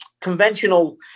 conventional